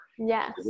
yes